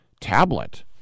tablet